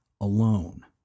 alone